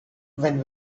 when